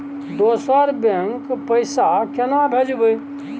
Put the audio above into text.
दोसर बैंक पैसा केना भेजबै?